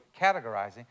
categorizing